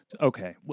Okay